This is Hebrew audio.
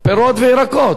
רק המגזר החקלאי,